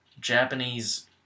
Japanese